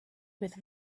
with